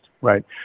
right